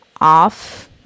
off